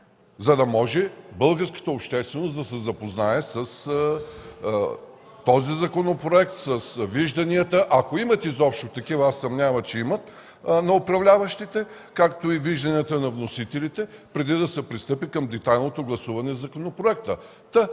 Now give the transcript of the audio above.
за да може българската общественост да се запознае с този законопроект, с вижданията на управляващите, ако имат изобщо такива, аз се съмнявам, че имат, както и вижданията на вносителите преди да се пристъпи към детайлното гласуване на законопроекта.